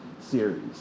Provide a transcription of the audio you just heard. series